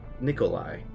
Nikolai